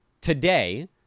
today